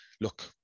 look